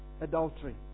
adultery